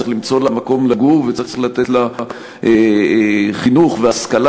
צריך למצוא לה מקום לגור וצריך לתת לה חינוך והשכלה